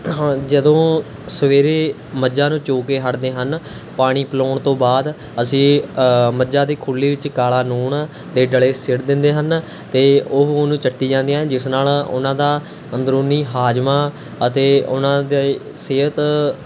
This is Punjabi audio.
ਜਦੋਂ ਸਵੇਰੇ ਮੱਝਾਂ ਨੂੰ ਚੋਅ ਕੇ ਹੱਟਦੇ ਹਨ ਪਾਣੀ ਪਿਲਾਉਣ ਤੋਂ ਬਾਅਦ ਅਸੀਂ ਮੱਝਾਂ ਦੀ ਖੁਰਲੀ ਵਿੱਚ ਕਾਲਾ ਨੂਣ ਦੇ ਡਲੇ ਸੁੱਟ ਦਿੰਦੇ ਹਨ ਅਤੇ ਉਹ ਉਹਨੂੰ ਚੱਟੀ ਜਾਂਦੀਆਂ ਹਨ ਜਿਸ ਨਾਲ਼ ਉਹਨਾਂ ਦਾ ਅੰਦਰੂਨੀ ਹਾਜ਼ਮਾ ਅਤੇ ਉਹਨਾਂ ਦਾ ਸਿਹਤ